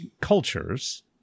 cultures